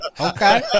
okay